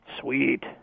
Sweet